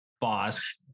boss